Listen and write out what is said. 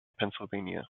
pennsylvania